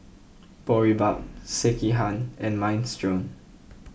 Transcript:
Boribap Sekihan and Minestrone